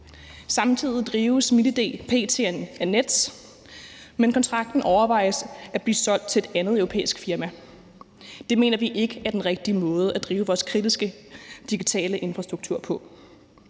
Samtidig drives MitID p.t. af Nets, men kontrakten overvejes at blive solgt til et andet europæisk firma. Det mener vi ikke er den rigtige måde at drive vores kritiske digitale infrastruktur på.